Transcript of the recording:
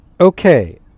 Okay